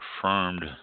confirmed